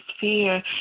fear